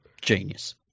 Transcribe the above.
genius